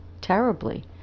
terribly